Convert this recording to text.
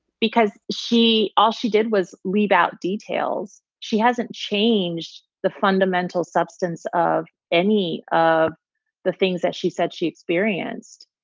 because she all she did was leave out details. she hasn't changed the fundamental substance of any of the things that she said she experienced.